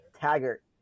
Taggart